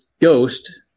ghost